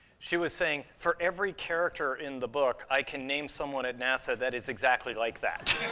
she was saying, for every character in the book, i can name someone at nasa that is exactly like that.